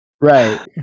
right